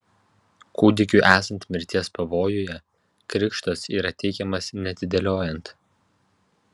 kūdikiui esant mirties pavojuje krikštas yra teikiamas neatidėliojant